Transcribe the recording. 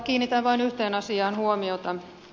kiinnitän vain yhteen asiaan huomiota